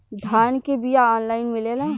धान के बिया ऑनलाइन मिलेला?